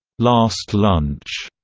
last lunch.